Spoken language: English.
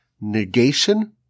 negation